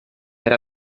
per